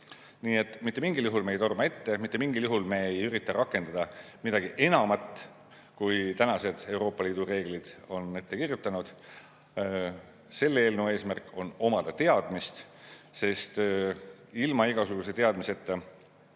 Nii et mitte mingil juhul me ei torma ette, mitte mingil juhul me ei ürita rakendada midagi enamat, kui Euroopa Liidu reeglid on ette kirjutanud. Selle eelnõu eesmärk on omada teadmist, sest ilma igasuguse teadmiseta